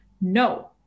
no